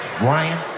Ryan